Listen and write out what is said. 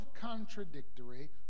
contradictory